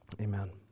Amen